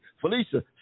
Felicia